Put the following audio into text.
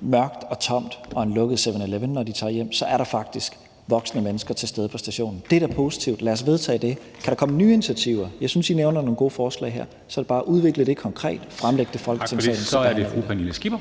mørkt og tomt og en lukket 7-Eleven, så er der faktisk voksne mennesker til stede på stationen. Det er da positivt. Lad os vedtage det. Og kan der komme nye initiativer – jeg synes, I nævner nogle gode forslag her – så er det bare at udvikle det konkret og fremlægge det i Folketingssalen.